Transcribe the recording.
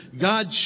God